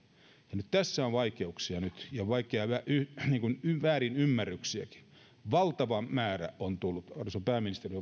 nyt tässä on vaikeuksia ja väärinymmärryksiäkin valtava määrä on tullut arvoisa pääministeri